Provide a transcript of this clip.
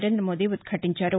నరేం్రద మోదీ ఉద్ఘాటించారు